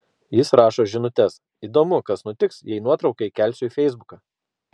jis rašo žinutes įdomu kas nutiks jeigu nuotrauką įkelsiu į feisbuką